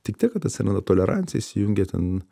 tik tiek kad atsiranda tolerancija įsijungia ten